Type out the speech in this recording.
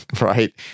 right